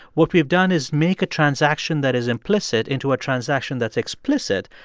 what we have done is make a transaction that is implicit into a transaction that's explicit.